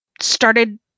started